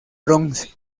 bronce